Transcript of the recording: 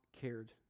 cared